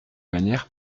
manière